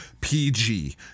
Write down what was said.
PG